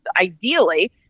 ideally –